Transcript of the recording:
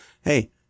Hey